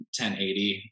1080